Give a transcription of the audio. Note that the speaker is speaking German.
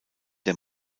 der